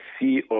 see